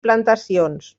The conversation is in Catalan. plantacions